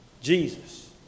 Jesus